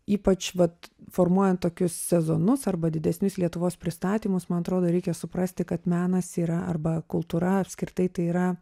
ypač vat formuojant tokius sezonus arba didesnius lietuvos pristatymus man atrodo reikia suprasti kad menas yra arba kultūra apskritai tai yra